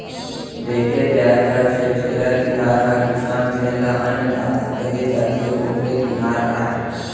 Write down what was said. देखे जाए त छेरछेरा तिहार ह किसान जेन ल अन्नदाता केहे जाथे, ओखरे तिहार आय